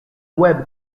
web